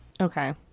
Okay